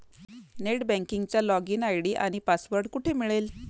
Net बँकिंगचा login ID आणि password कुठे मिळेल?